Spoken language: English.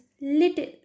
little